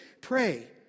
pray